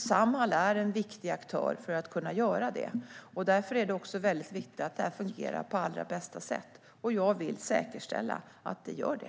Samhall är en viktig aktör för att kunna göra detta, och därför är det viktigt att det fungerar på allra bästa sätt. Jag vill säkerställa att det gör det.